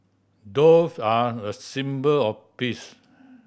dove are a symbol of peace